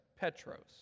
Petros